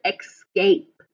escape